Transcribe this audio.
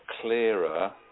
clearer